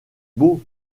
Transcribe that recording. beau